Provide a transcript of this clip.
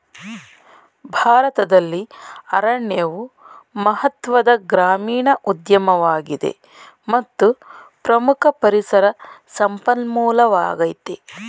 ಭಾರತದಲ್ಲಿ ಅರಣ್ಯವು ಮಹತ್ವದ ಗ್ರಾಮೀಣ ಉದ್ಯಮವಾಗಿದೆ ಮತ್ತು ಪ್ರಮುಖ ಪರಿಸರ ಸಂಪನ್ಮೂಲವಾಗಯ್ತೆ